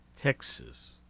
Texas